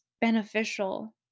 beneficial